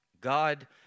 God